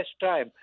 time